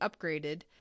upgraded